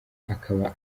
akaba